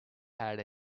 had